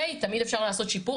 תמיד אפשר לעשות שיפור.